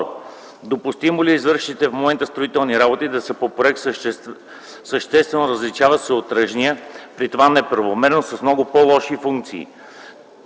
Допустимо ли е извършените до момента строителни работи да са по проект, съществено различаващ се от тръжния, при това неправомерно, и с много по-лоши функции?